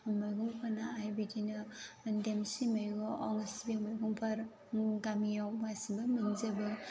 मैगं फोनाय बिदिनो देमसि मैगं सिबिं मैगंफोर गामियाव गासिबो मोनजोबो